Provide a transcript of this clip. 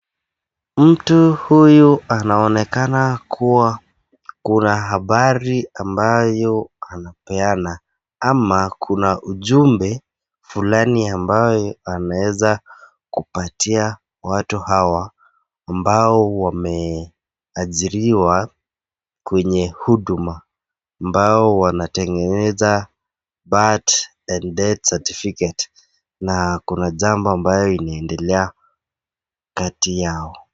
Mtu huyu anaonekana kuwa kuna habari ambayo anapeana ama kuna ujumbe fulani ambayo anaweza kupatia watu hawa ambao wameajiriwa kwenye huduma, ambao wanatengeneza birth and death certificate . Na kuna jambo ambayo inaendelea kati yao.